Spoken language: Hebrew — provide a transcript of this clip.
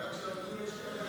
מתחייב אני.